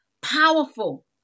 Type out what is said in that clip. powerful